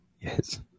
Yes